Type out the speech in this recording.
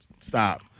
Stop